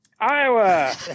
Iowa